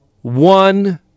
One